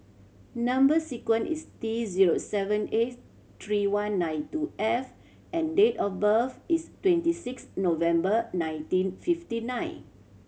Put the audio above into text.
number sequence is T zero seven eight three one nine two F and date of birth is twenty six November nineteen fifty nine